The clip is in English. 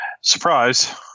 Surprise